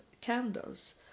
candles